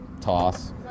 toss